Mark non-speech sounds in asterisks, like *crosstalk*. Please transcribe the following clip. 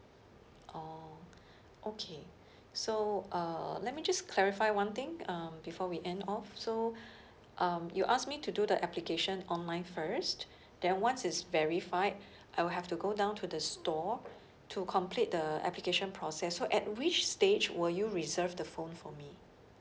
orh *breath* okay *breath* so uh let me just clarify one thing um before we end off so *breath* um you asked me to do the application online first *breath* then once it's verified *breath* I'll have to go down to the store *breath* to complete the application process so at which stage will you reserved the phone for me